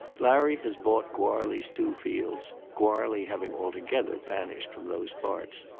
larry has bought goarly's two fields, goarly having altogether vanished from those parts,